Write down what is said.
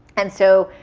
and so,